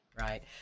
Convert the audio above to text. Right